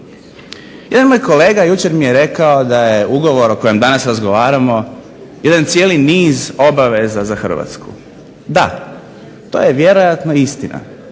Jedan moj kolega mi je rekao da je Ugovor kojem mi razgovaramo jedan cijeli niz obaveza za Hrvatsku. DA. To je vjerojatno istina.